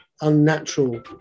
unnatural